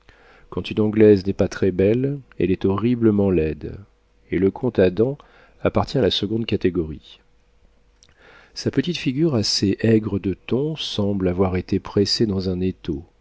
quand une anglaise n'est pas très-belle elle est horriblement laide et le comte adam appartient à la seconde catégorie sa petite figure assez aigre de ton semble avoir été pressée dans un étau